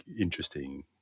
interesting